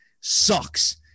sucks